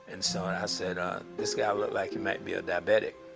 and so and said ah this guy looks like he might be a diabetic.